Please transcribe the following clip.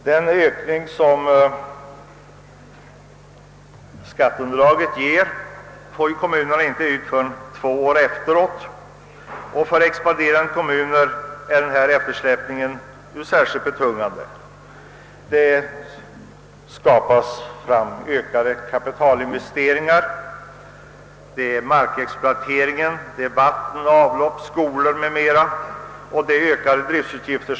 Den utökning av skatteintäkterna, som blir följden av ett utvidgat skatteunderlag, får kommunerna nämligen inte ut förrän två år i efterhand, och för expanderande kommuner är denna eftersläpning betungande. De får ett ökat behov av kapitalinvesteringar för markexploatering, för vatten och avlopp, för skolor m.m. och därmed följer ökade driftutgifter.